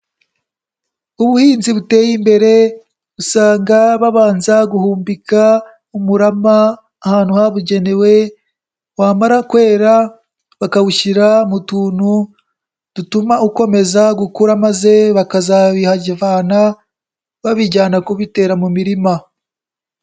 Ubuhinzi buteye imbere usanga babanza guhumbika umurama ahantu habugenewe, wamara kwera bakawushyira mu tuntu dutuma ukomeza gukura maze bakazabihavana babijyana kubitera mu mirima.